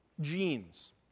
genes